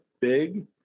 big